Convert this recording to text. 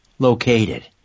Located